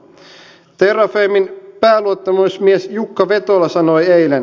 terrafamen pääluottamusmies jukka vetola sanoi eilen